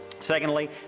Secondly